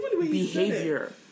behavior